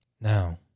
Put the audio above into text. Now